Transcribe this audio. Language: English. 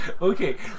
okay